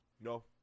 No